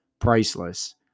Priceless